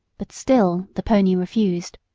but still the pony refused.